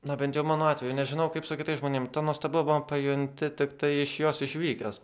na bent jau mano atveju nežinau kaip su kitais žmonėm tą nuostabumą pajunti tiktai iš jos išvykęs